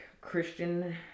Christian